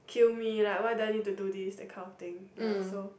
kill me lah why do I need to do this accounting ya so